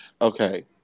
Okay